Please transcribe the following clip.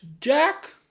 Jack